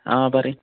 ആ പറയ്